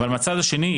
אך מהצד השני,